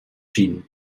gen